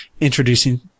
introducing